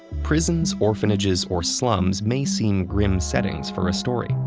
prisons, orphanages, or slums may seem grim settings for a story,